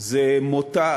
מותה